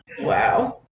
Wow